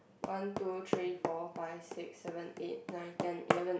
one two three four five six seven eight nine ten eleven